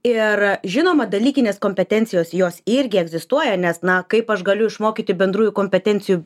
ir žinoma dalykinės kompetencijos jos irgi egzistuoja nes na kaip aš galiu išmokyti bendrųjų kompetencijų